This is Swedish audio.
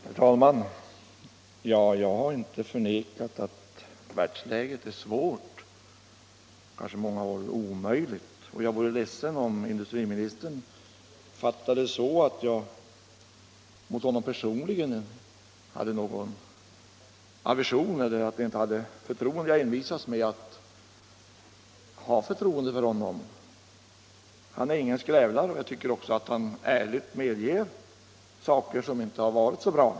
Herr talman! Jag har inte förnekat att världsläget är svårt — kanske många gånger omöjligt. Jag skulle bli ledsen om industriministern har fattat det så att jag mot honom personligen har någon aversion eller att jag inte har förtroende för honom. Jag envisas med att hysa förtroende för industriministern. Han är ingen skrävlare. Jag tycker också att han ärligt medger saker som inte har varit så bra.